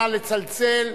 נא לצלצל.